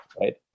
right